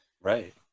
Right